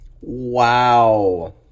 wow